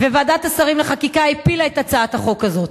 וועדת השרים לחקיקה הפילה את הצעת החוק הזאת.